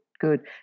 good